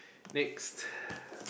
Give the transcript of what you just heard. next